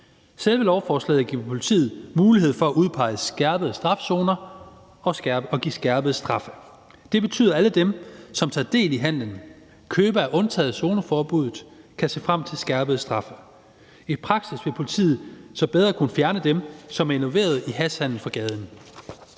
Selve lovforslaget giver politiet mulighed for at udpege målrettede skærpede strafzoner og give skærpede straffe. Det betyder, at alle dem, som tager del i handelen – købere er undtaget fra zoneforbuddet – kan se frem til skærpede straffe. I praksis vil politiet så bedre kunne fjerne dem, som er involveret i hashhandel, fra gaden.